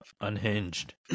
Unhinged